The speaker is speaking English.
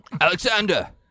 Alexander